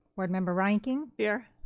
board member reinking. here.